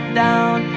down